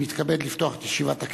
אני מתכבד לפתוח את ישיבת הכנסת.